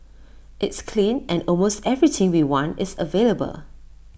it's clean and almost everything we want is available